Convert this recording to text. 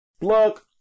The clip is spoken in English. Look